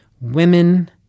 Women